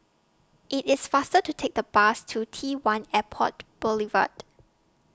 IT IS faster to Take The Bus to T one Airport Boulevard